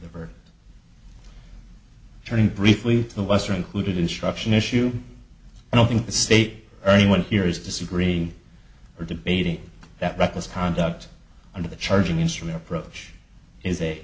r turning briefly to the western clued instruction issue i don't think the state or anyone here is disagreeing or debating that reckless conduct under the charging instrument approach is a